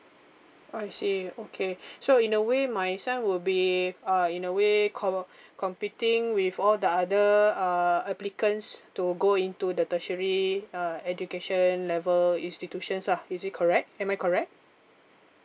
I see okay so in a way my son will be uh in a way co~ competing with all the other uh applicants to go into the tertiary uh education level institutions lah is it correct am I correct